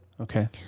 okay